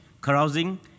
carousing